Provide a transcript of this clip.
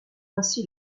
ainsi